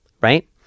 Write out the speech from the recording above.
Right